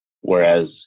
Whereas